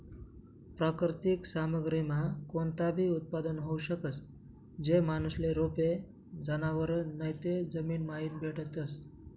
प्राकृतिक सामग्रीमा कोणताबी उत्पादन होऊ शकस, जे माणूसले रोपे, जनावरं नैते जमीनमाईन भेटतस